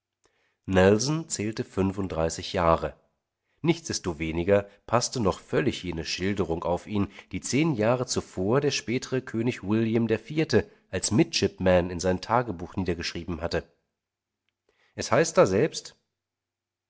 nelson zählte fünfunddreißig jahre nichtsdestoweniger paßte noch völlig jene schilderung auf ihn die zehn jahre zuvor der spätere könig william iv als midshipman in sein tagebuch niedergeschrieben hatte es heißt daselbst